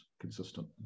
consistent